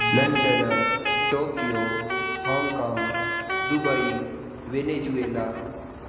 London Tokyo Hong Kong Dubai Venezuela